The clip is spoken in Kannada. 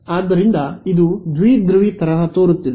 ಆದ್ದರಿಂದ ಇದು ದ್ವಿಧ್ರುವಿ ತರಹ ತೋರುತ್ತಿದೆ